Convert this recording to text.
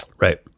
Right